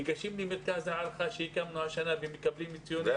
ניגשים למרכז ההערכה שהקמנו השנה ומקבלים ציונים מאוד